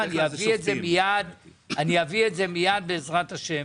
אני אביא את זה מיד בעזרת ה',